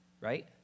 right